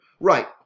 Right